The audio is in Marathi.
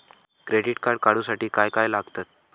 क्रेडिट कार्ड काढूसाठी काय काय लागत?